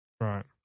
right